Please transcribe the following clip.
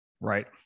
Right